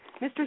Mr